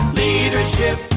leadership